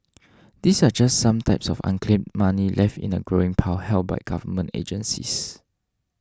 these are just some types of unclaimed money left in a growing pile held by government agencies